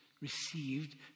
received